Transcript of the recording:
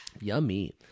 Yummy